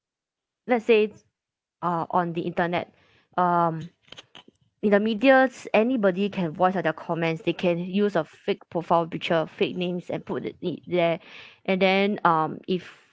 let's say s~ uh on the internet um in the medias anybody can voice their comments they can use a fake profile picture fake names and put it there and then um if